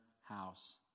house